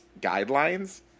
guidelines